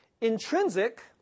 intrinsic